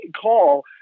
call